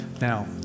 Now